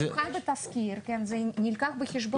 זה נבחן בתסקיר וזה נלקח בחשבון.